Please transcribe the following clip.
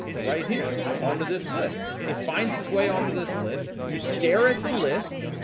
right here onto this list. it finds its way onto this list. you stare at the list,